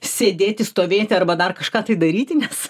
sėdėti stovėti arba dar kažką tai daryti nes